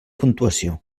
puntuació